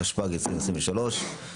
התשפ"ג-2023.